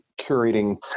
curating